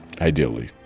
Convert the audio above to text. ideally